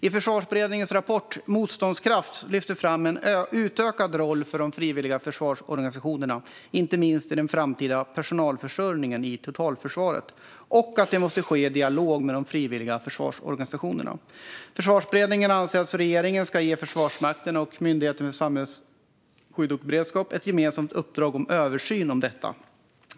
I Försvarsberedningens rapport Motståndskraft lyfts en utökad roll för de frivilliga försvarsorganisationerna fram, inte minst i den framtida personalförsörjningen i totalförsvaret, liksom att detta måste ske i dialog med de frivilliga försvarsorganisationerna. Försvarsberedningen anser att regeringen ska ge Försvarsmakten och Myndigheten för samhällsskydd och beredskap ett gemensamt uppdrag om översyn av detta.